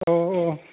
अह अह